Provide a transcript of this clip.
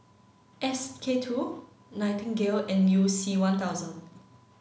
S K two Nightingale and You C one thousand